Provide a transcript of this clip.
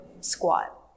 squat